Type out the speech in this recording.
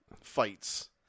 fights